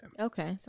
Okay